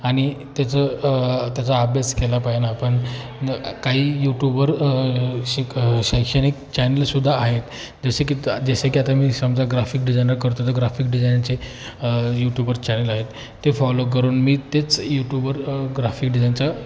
आणि त्याचं त्याचा अभ्यास केला पायेन आपण काही यूटूबवर शिक शैक्षणिक चॅनलसुद्धा आहेत जसे की त जसे की आता मी समजा ग्राफिक डिझाईनर करतो तर ग्राफिक डिझाईनचे यूटूबवर चॅनल आहेत ते फॉलो करून मी तेच यूटूबवर ग्राफिक डिझाईनचं